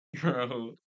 bro